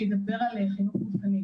שידבר על חינוך גופני.